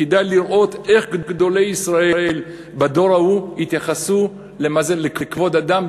כדאי לראות איך גדולי ישראל בדור ההוא התייחסו לכבוד אדם,